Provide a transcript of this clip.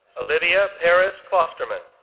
olivia paris klosterman,